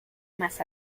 más